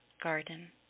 garden